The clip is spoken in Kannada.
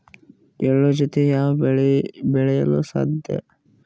ಎಳ್ಳು ಜೂತೆ ಯಾವ ಬೆಳೆ ಬೆಳೆಯಲು ಸಾಧ್ಯ?